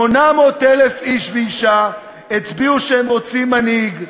800,000 איש ואישה הצביעו שהם רוצים מנהיג,